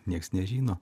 nieks nežino